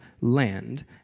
land